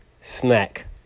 snack